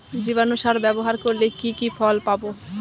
জীবাণু সার ব্যাবহার করলে কি কি ফল পাবো?